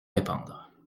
répandre